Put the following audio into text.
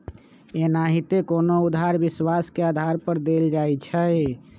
एनाहिते कोनो उधार विश्वास के आधार पर देल जाइ छइ